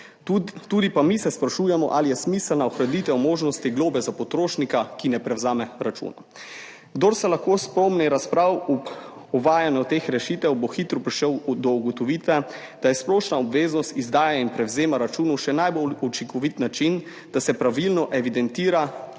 Tudi mi se sprašujemo, ali je smiselna ohranitev možnosti globe za potrošnika, ki ne prevzame računa. Kdor se lahko spomni razprav ob uvajanju teh rešitev, bo hitro prišel do ugotovitve, da je splošna obveznost izdaje in prevzema računov še najbolj učinkovit način, da se pravilno evidentira